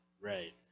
right